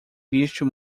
visto